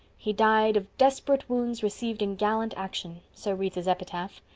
he died of desperate wounds received in gallant action' so reads his epitaph.